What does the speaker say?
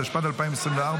התשפ"ד 2024,